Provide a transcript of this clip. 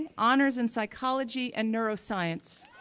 and honors in psychology and neuroscience,